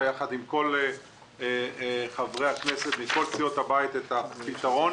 עם כל חברי הכנסת ועם כל סיעות הבית את הפתרון,